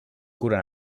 curen